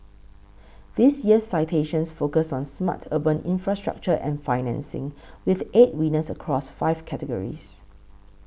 this year's citations focus on smart urban infrastructure and financing with eight winners across five categories